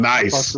Nice